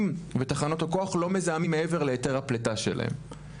ותחנות הכוח לא מזהמים מעבר להיתר הפליטה שלהם.